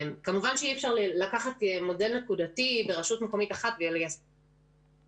כמובן שאי-אפשר לקחת מודל נקודתי ברשות מקומית אחת וליישם